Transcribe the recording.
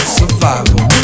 survival